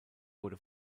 wurde